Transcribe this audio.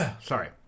Sorry